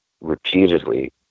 repeatedly